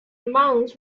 mounds